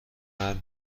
مرد